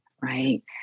right